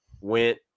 went